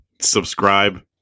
Subscribe